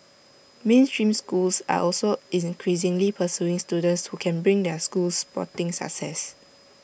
mainstream schools are also increasingly pursuing students who can bring their schools sporting success